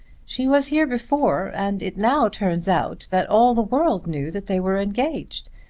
she was here before, and it now turns out that all the world knew that they were engaged.